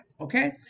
okay